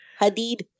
Hadid